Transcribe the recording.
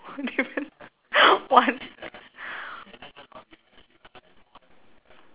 one difference one